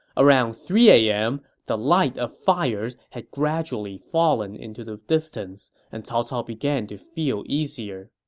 around three a m, the light of fires had gradually fallen into the distance, and cao cao began to feel easier.